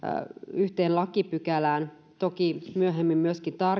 yhteen lakipykälään toki myöhemmin myöskin